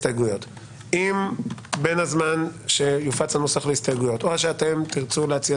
אם בין הזמן שיופץ הנוסח להסתייגויות או שאתם תרצו להציע